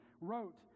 wrote